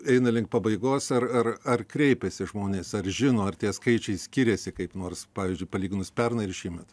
eina link pabaigos ar ar ar kreipiasi žmonės ar žino ar tie skaičiai skiriasi kaip nors pavyzdžiui palyginus pernai ir šįmet